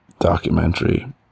documentary